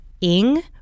ing